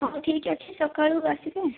ହଉ ଠିକ ଅଛି ସକାଳୁ ଆସିବେ